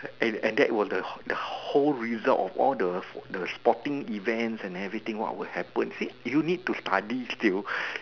and and that was the the whole result of all the the sporting events and everything what will happen see if you need to study still